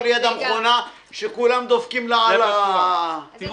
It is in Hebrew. ליד המכונה שכולם דופקים לה על --- אין,